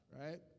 Right